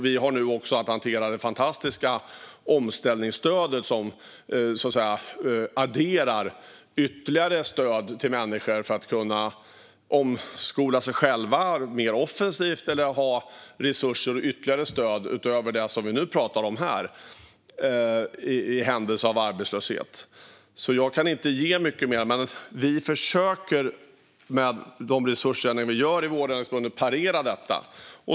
Vi har nu också att hantera det fantastiska omställningsstödet, som adderar ytterligare stöd till människor för att de ska kunna omskola sig själva mer offensivt eller ha resurser och ytterligare stöd i händelse av arbetslöshet utöver det som vi nu pratar om. Jag kan inte ge mycket mer än så, men vi försöker med resurser i vårändringsbudgeten att parera detta.